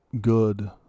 good